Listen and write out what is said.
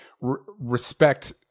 respect